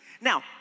Now